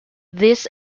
this